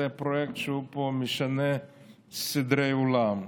זה פרויקט שמשנה פה סדרי עולם,